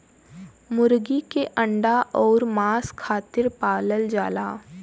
मुरगी के अंडा अउर मांस खातिर पालल जाला